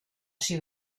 she